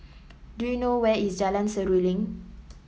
do you know where is Jalan Seruling